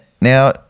Now